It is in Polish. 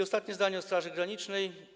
Ostatnie zdanie o Straży Granicznej.